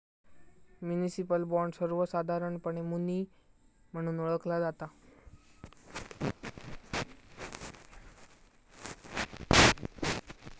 municipal bond, सर्वोसधारणपणे muni म्हणून ओळखला जाता